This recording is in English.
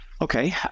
Okay